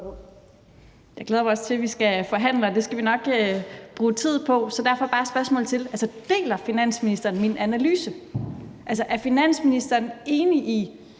Jeg glæder mig også til, at vi skal forhandle, og det skal vi nok bruge tid på. Så derfor bare et spørgsmål til: Deler finansministeren min analyse? Er finansministeren enig i,